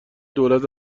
دولت